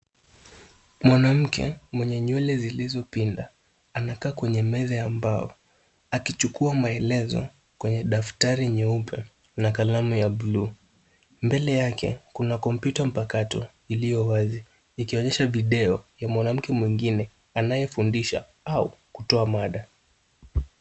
Mwanamke mwenye nywele zilizo pinda anakaa kwenye meza ya mbao akichukua maelezo kwenye daftari nyeupe na kalamu ya bluu. Mbele yake kuna kompyuta mpakato iliyowazi ikionyesha video ya mwanamke mwingine anaye fundisha au kutoa mada.